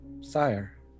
sire